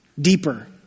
deeper